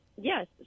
Yes